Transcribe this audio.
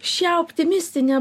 šia optimistine